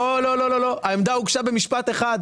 לא, לא, לא, העמדה הוגשה במשפט אחד.